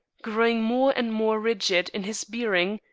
growing more and more rigid in his bearing,